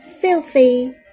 Filthy